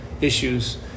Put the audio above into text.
issues